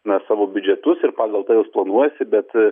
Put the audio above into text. na savo biudžetus ir pagal tai jos planuojasi bet